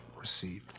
received